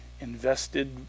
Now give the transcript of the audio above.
invested